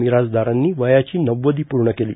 मिरासदारांनी वयाची नव्वदी पूर्ण केली